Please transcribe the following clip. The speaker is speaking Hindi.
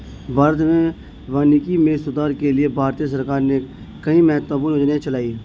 भारत में वानिकी में सुधार के लिए भारतीय सरकार ने कई महत्वपूर्ण योजनाएं चलाई